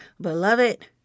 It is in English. beloved